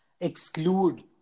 exclude